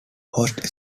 host